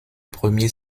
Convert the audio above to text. premiers